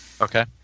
Okay